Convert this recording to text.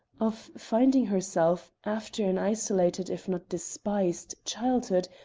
of finding herself, after an isolated, if not despised, childhood,